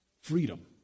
freedom